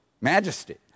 majesty